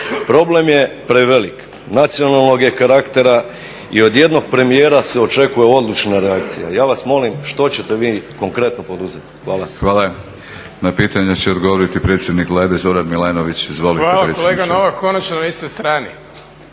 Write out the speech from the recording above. Problem je prevelik, nacionalnog je karaktera i od jednog premijera se očekuje odlučna reakcija. Ja vas molim što ćete vi konkretno poduzeti. Hvala. **Batinić, Milorad (HNS)** Na pitanje će odgovoriti predsjednik Vlade Zoran Milanović. Izvolite predsjedniče. **Milanović, Zoran